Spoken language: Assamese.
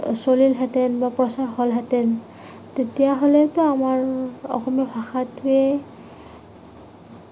চলিলহেঁতেন বা প্ৰচাৰ হ'লহেঁতেন তেতিয়া হ'লেতো আমাৰ অসমীয়া ভাষাটোৱে